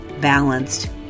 balanced